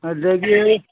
ꯑꯗꯒꯤ